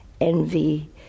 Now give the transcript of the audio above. envy